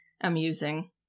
amusing